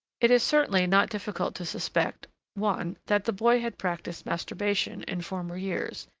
it is certainly not difficult to suspect one, that the boy had practiced masturbation in former years,